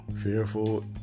Fearful